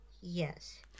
Yes